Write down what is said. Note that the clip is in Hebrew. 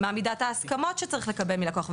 מה מידת ההסכמות שצריך לקבל מלקוח?